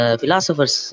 philosopher's